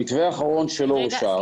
המתווה האחרון שלא אושר עדיין,